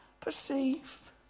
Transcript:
perceive